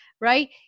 right